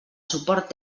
suport